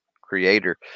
creator